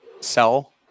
sell